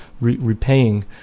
repaying